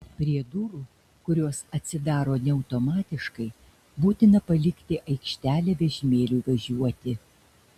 prie durų kurios atsidaro ne automatiškai būtina palikti aikštelę vežimėliui važiuoti